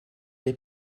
les